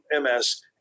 MS